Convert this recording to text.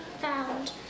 found